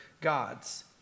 gods